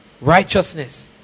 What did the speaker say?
righteousness